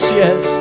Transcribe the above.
yes